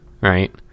right